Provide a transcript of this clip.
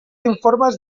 informes